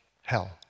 hell